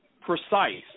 precise